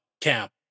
Camp